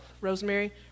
Rosemary